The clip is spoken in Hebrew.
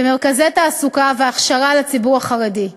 במרכזי תעסוקה והכשרה לציבור החרדי.